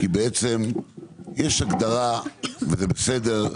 כי בעצם יש הגדרה וזה בסדר,